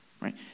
right